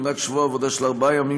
יונהג שבוע עבודה של ארבעה ימים,